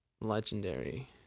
Legendary